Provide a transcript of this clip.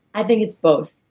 i think it's both.